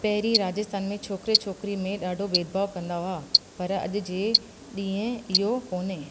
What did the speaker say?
पहिरीं राजस्थान में छोकिरे छोकिरी में ॾाढो भेदभाव कंदा हुआ पर अॼु जे ॾींहुं इहो कोन्हे